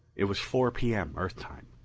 it was four p m. earth time.